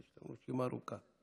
יש רשימה ארוכה.